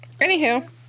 anywho